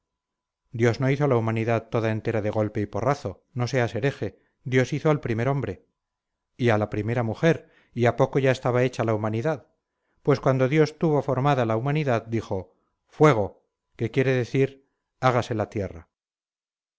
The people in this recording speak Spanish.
dios no hizo a la humanidad toda entera de golpe y porrazo no seas hereje dios hizo al primer hombre y a la primera mujer y a poco ya estaba hecha la humanidad pues cuando dios tuvo formada la humanidad dijo fuego que quiere decir hágase la guerra